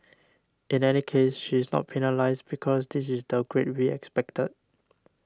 in any case she is not penalised because this is the grade we expected